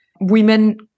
women